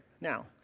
Now